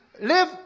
live